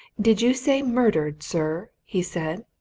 did you say murdered, sir? he said.